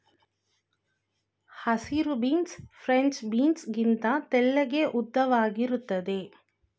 ಹಸಿರು beans French beans ಗಿಂತ ತೆಳ್ಳಗೆ ಉದ್ದವಾಗಿರುತ್ತದೆ